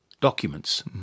documents